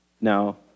Now